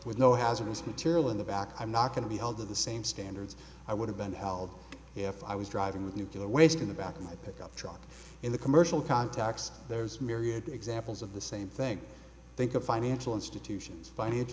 with no hazardous material in the back i'm not going to be held to the same standards i would have been held if i was driving with nuclear waste in the back of my pickup truck in the commercial contacts there's myriad examples of the same thing think of financial institutions finance